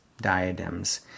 diadems